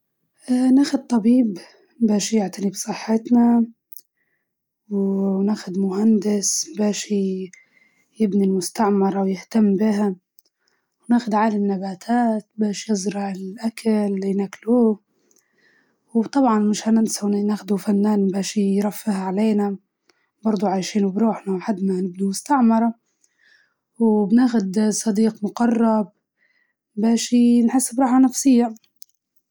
نأخذ طبيب باش يهتم بصحتنا، ومهندس باش يبني المستعمرة، وعالم نبات باش يزرع الأكل، وفنان باش يرفه علينا، وصديق مقرب باش نحس بالراحة النفسية، وما نحسش بالوحدة.